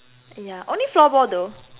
yeah only floorball though